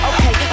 Okay